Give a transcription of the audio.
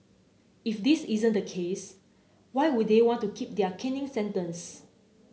if this isn't the case why would they want to keep their caning sentence